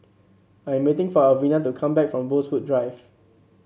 I am waiting for Alvina to come back from Rosewood Drive